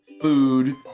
food